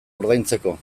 ordaintzeko